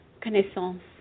connaissance